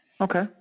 Okay